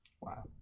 Wow